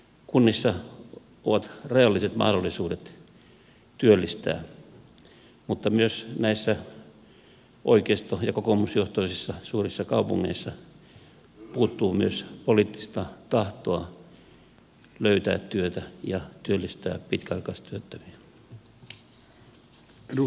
kunnissa on rajalliset mahdollisuudet työllistää mutta myös näissä oikeisto ja kokoomusjohtoisissa suurissa kaupungeissa puuttuu poliittista tahtoa löytää työtä ja työllistää pitkäaikaistyöttömiä